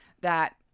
that-